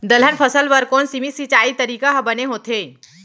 दलहन फसल बर कोन सीमित सिंचाई तरीका ह बने होथे?